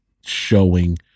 showing